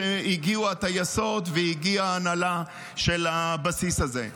שהגיעו הטייסות והגיעה ההנהלה של הבסיס הזה.